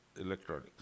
electronic